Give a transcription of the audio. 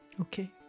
Okay